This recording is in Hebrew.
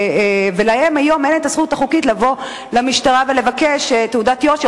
ולהן היום אין הזכות החוקית לבוא למשטרה ולבקש תעודת יושר,